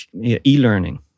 e-learning